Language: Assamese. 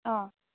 অঁ